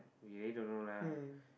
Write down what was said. he really don't know lah